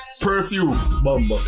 Perfume